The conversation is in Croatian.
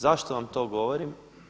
Zašto vam to govorim?